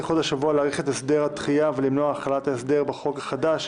בקשת יושב-ראש ועדת החוקה, חוק ומשפט.